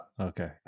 Okay